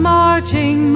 marching